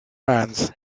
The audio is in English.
ants